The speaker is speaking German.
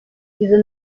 diese